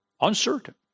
Uncertain